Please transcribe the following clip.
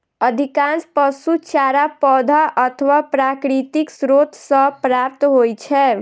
अधिकांश पशु चारा पौधा अथवा प्राकृतिक स्रोत सं प्राप्त होइ छै